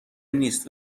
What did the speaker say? نیست